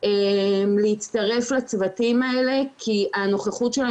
מתי הצוותים האלה מתחילים לעבוד,